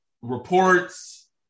reports